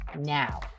now